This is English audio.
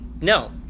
No